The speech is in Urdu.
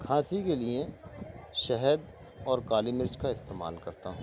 کھانسی کے لیے شہد اور کالی مرچ کا استعمال کرتا ہوں